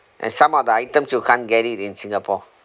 and some of the items you can't get it in singapore